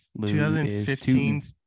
2015